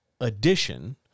addition